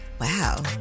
Wow